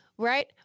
right